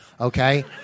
okay